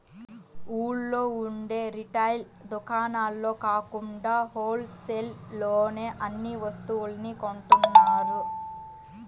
ఊళ్ళో ఉండే రిటైల్ దుకాణాల్లో కాకుండా హోల్ సేల్ లోనే అన్ని వస్తువుల్ని కొంటున్నారు